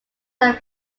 have